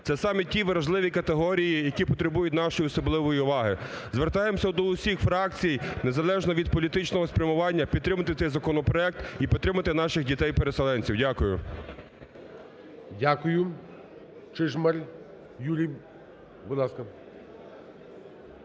це саме ті вразливі категорії, які потребують нашої особливої уваги. Звертаємося до усіх фракцій, незалежно від політичного спрямування, підтримати цей законопроект і підтримати наших дітей-переселенців. Дякую. ГОЛОВУЮЧИЙ. Дякую. Чижмарь Юрій, будь ласка.